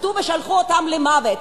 שפטו ושלחו אותם למוות.